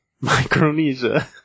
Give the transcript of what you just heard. Micronesia